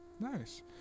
Nice